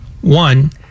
One